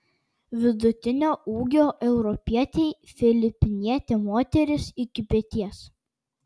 vidutinio ūgio europietei filipinietė moteris iki peties